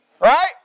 Right